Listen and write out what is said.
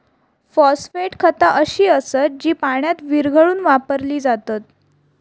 phosphate खता अशी असत जी पाण्यात विरघळवून वापरली जातत